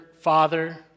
Father